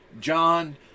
John